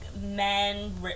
men